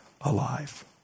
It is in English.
alive